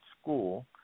school